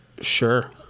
Sure